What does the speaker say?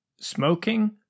Smoking